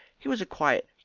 he was a quiet,